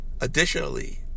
Additionally